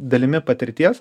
dalimi patirties